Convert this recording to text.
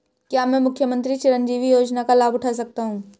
क्या मैं मुख्यमंत्री चिरंजीवी योजना का लाभ उठा सकता हूं?